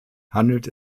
handelt